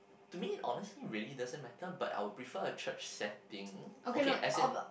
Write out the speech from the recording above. to me honestly really doesn't matter but I would prefer a church setting